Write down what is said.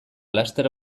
laster